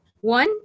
one